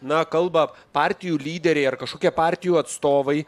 na kalba partijų lyderiai ar kažkokie partijų atstovai